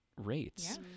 rates